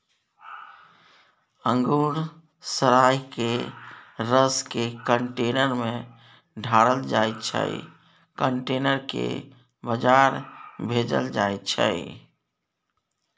अंगुर सराए केँ रसकेँ कंटेनर मे ढारल जाइ छै कंटेनर केँ बजार भेजल जाइ छै